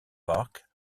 park